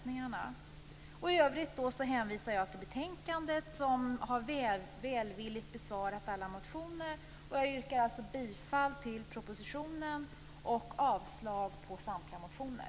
I övrigt hänvisar jag till betänkandet, där vi välvilligt har besvarat alla motioner. Jag yrkar alltså bifall till propositionen och avslag på samtliga motioner.